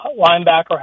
linebacker